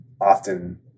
often